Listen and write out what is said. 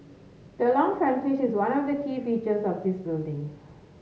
the long frontage is one of the key features of this building